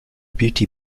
beauty